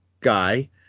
guy –